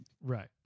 Right